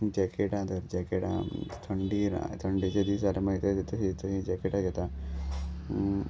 जॅकेटां धर जॅकेटां थंडी थंडेचे दीस जाल्या मागीरी जॅकेटां घेता